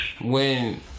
When-